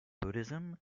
buddhism